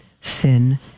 sin